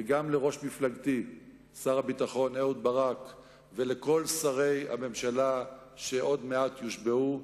גם לראש מפלגתי שר הביטחון אהוד ברק ולכל שרי הממשלה שעוד מעט יושבעו,